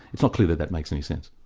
it's not clear that that makes any sense.